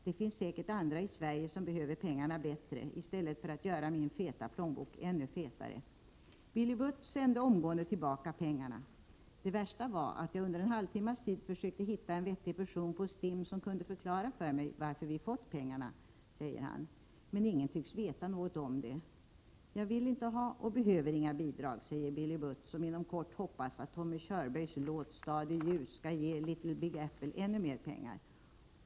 Det finns säkert andra i Sverige som behöver pengarna bättre i stället för att göra min feta plånbok ännu fetare... Billy Butt sände omgående tillbaka pengarna. — Det värsta var att jag under en halvtimmas tid försökte hitta en vettig person på Stim som kunde förklara för mig varför vi fått pengarna. — Men ingen tycktes veta något om detta... — Jag vill inte ha och behöver inga bidrag, säger Billy Butt, som inom kort hoppas att Tommy Körbergs låt ”Stad i ljus” skall ge Little Big Apple ännu mera pengar.